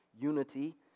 unity